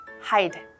hide